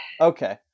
Okay